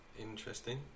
Interesting